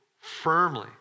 firmly